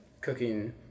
cooking